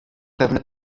pewne